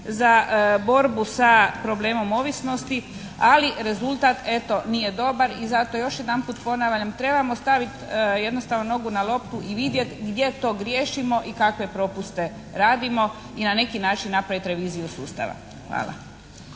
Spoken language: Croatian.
za borbu sa problemom ovisnosti ali rezultat eto nije dobar. I zato još jedanput ponavljam, trebamo staviti jednostavno novu na loptu i vidjeti gdje to griješimo i kakve propuste radimo i na neki način napraviti reviziju sustava. Hvala.